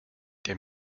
der